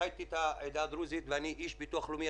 חייתי את העדה הדרוזית ואני איש הביטוח הלאומי,